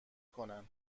کنن